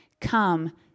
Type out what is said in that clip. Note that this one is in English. Come